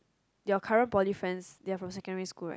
your current poly friends they are from secondary school right